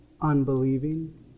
Unbelieving